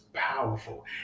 powerful